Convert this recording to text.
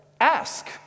Ask